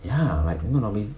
ya like you know normally